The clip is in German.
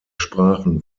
sprachen